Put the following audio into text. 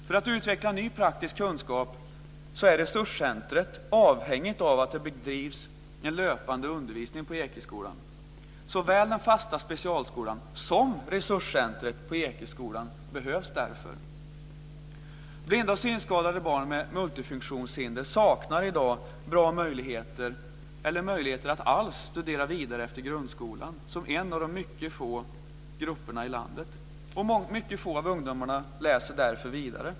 För att utveckla ny praktisk kunskap är resurscentrumet avhängigt av att det bedrivs en löpande undervisning på Ekeskolan. Såväl den fasta specialskolan som resurscentrumet på Ekeskolan behövs därför. Blinda och synskadade barn med multifunktionshinder saknar i dag bra möjligheter eller möjligheter att alls studera vidare efter grundskolan, som en av mycket få grupper i landet. Mycket få av ungdomarna läser därför vidare.